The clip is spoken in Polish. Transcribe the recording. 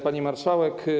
Pani Marszałek!